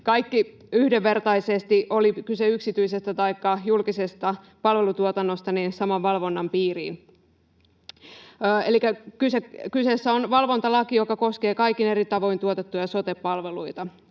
piiriin, oli kyse yksityisestä taikka julkisesta palvelutuotannosta. Elikkä kyseessä on valvontalaki, joka koskee kaikin eri tavoin tuotettuja sote-palveluita.